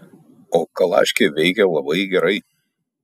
o kalaškė veikia labai gerai